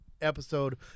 episode